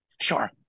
Sure